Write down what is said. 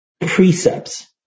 precepts